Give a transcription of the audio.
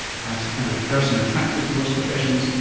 perhaps the kind of person attracted to those professions,